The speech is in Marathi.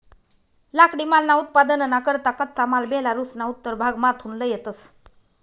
लाकडीमालना उत्पादनना करता कच्चा माल बेलारुसना उत्तर भागमाथून लयतंस